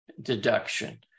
deduction